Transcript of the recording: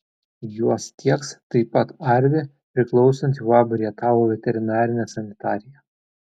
juos tieks taip pat arvi priklausanti uab rietavo veterinarinė sanitarija